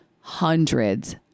hundreds